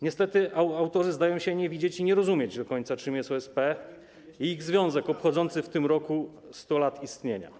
Niestety autorzy zdają się nie widzieć i nie rozumieć do końca, czym jest OSP i ich związek obchodzący w tym roku 100 lat istnienia.